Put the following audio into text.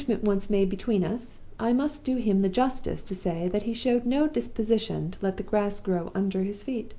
the arrangement once made between us, i must do him the justice to say that he showed no disposition to let the grass grow under his feet.